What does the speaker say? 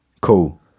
cool